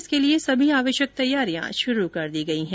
इसके लिए सभी आवश्यक तैयारियां शुरू कर दी गयी हैं